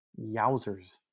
Yowzers